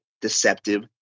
deceptive